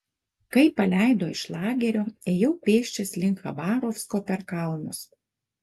kai paleido iš lagerio ėjau pėsčias link chabarovsko per kalnus